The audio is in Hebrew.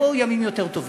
יבואו ימים יותר טובים.